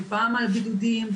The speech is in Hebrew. ופעם על בידודים,